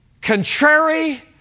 contrary